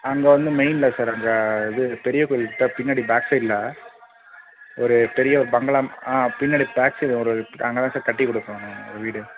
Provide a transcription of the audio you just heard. அங்கே வந்து மெயின்ல சார் அங்கே இது பெரிய கோயில்ட்ட பின்னாடி பேக் சைட்ல ஒரு பெரிய ஒரு பங்களா ஆ பின்னாடி பேக் சைடு ஒரு அங்கே தான் சார் கட்டிக் கொடுத்தோம் ஒரு வீடு